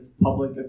public